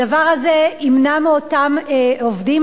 הדבר הזה ימנע מאותם עובדים,